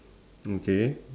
okay